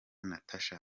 natacha